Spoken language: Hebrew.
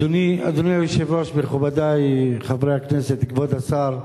אדוני היושב-ראש, מכובדי חברי הכנסת, כבוד השר,